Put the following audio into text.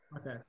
Okay